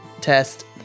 test